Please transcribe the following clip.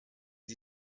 sie